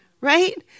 Right